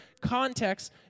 context